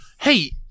hey